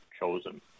chosen